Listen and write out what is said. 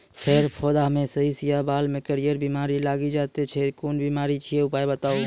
फेर पौधामें शीश या बाल मे करियर बिमारी लागि जाति छै कून बिमारी छियै, उपाय बताऊ?